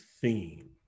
theme